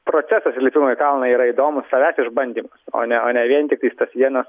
procesas įlipimo į kalną yra įdomus savęs išbandymas o ne o ne vien tiktais tas vienas